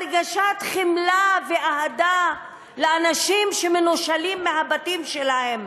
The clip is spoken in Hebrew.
הרגשת חמלה ואהדה לאנשים שמנושלים מהבתים שלהם?